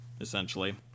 essentially